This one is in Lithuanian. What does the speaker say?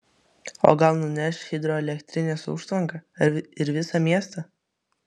o gal nuneš hidroelektrinės užtvanką ir visą miestą